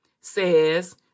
says